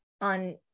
on